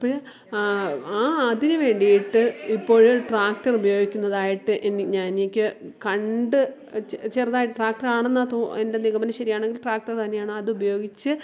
അപ്പം ആ ആ അതിന് വേണ്ടിയിട്ട് ഇപ്പോൾ ട്രാക്ടർ ഉപയോഗിക്കുന്നതായിട്ട് എനി ഞാൻ എനിക്ക് കണ്ട് ചെറുതായി ട്രാക്ടർ ആണെന്നാണ് തോ എൻ്റെ നിഗമനം ശരിയാണെങ്കിൽ ട്രാക്ടർ തന്നെയാണ് അതുപയോഗിച്ച്